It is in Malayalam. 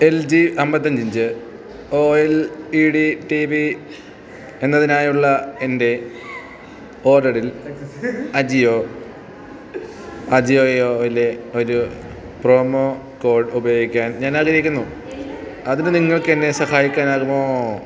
എൽ ജി അമ്പത്തഞ്ച് inch O L E D T V എന്നതിനായുള്ള എൻ്റെ ഓഡറിൽ അജിയോ അജിയോയോയിലെ ഒരു പ്രോമോ കോഡ് ഉപയോയിക്കാൻ ഞാൻ ആഗ്രഹിക്കുന്നു അതിന് നിങ്ങൾക്ക് എന്നെ സഹായിക്കാനാകുമോ